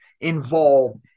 involved